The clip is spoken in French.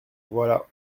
voilà